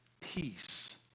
Peace